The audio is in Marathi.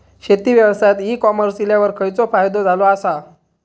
शेती व्यवसायात ई कॉमर्स इल्यावर खयचो फायदो झालो आसा?